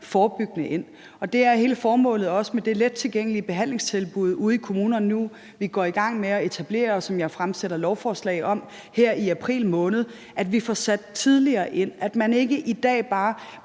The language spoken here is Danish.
forebyggende ind. Og det er også hele formålet med det let tilgængelige behandlingstilbud ude i kommunerne, som vi går i gang med at etablere, og som jeg fremsætter lovforslag om her i april måned, så vi får sat tidligere ind, og at man ikke bare